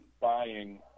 buying